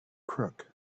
crook